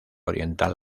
oriental